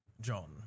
John